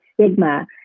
stigma